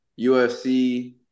UFC